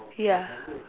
ya